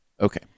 Okay